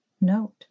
note